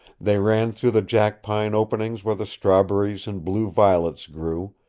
they ran through the jackpine openings where the strawberries and blue violets grew,